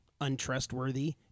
untrustworthy